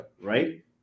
right